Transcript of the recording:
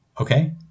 Okay